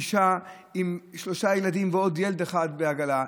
אישה עם שלושה ילדים ועוד ילד אחד בעגלה,